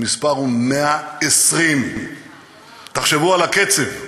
המספר הוא 120. תחשבו על הקצב.